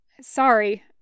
Sorry